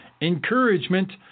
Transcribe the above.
encouragement